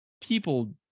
people